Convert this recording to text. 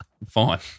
Fine